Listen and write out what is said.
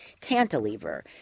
cantilever